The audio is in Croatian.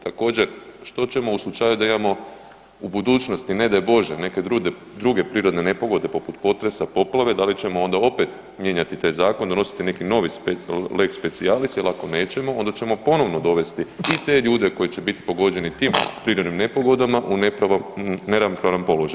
Također što ćemo u slučaju da imamo u budućnosti ne daj Bože neke druge prirodne nepogode poput potresa, poplave, da li ćemo onda opet mijenjati taj zakon donositi neki novi lex specialis jer ako nećemo onda ćemo ponovno dovesti i te ljude koji će biti pogođeni tim prirodnim nepogodama u neravnopravan položaj.